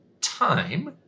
time